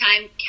time